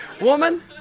Woman